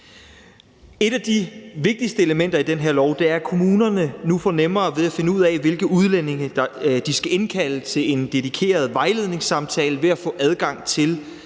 Et af de vigtigste elementer i den her lov er, at kommunerne nu får nemmere ved at finde ud af, hvilke udlændinge de skal indkalde til en dedikeret vejledningssamtale ved at få adgang til